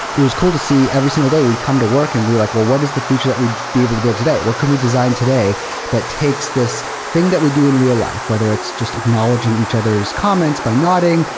was cool to see every single day, we'd come to work and be like, well, what is the feature that we'd be able to build today? what can we design today that takes this thing that we do in real life, whether it's just acknowledging each other's comments by nodding,